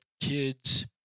kids